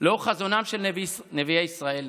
לאור חזונם של נביאי ישראל.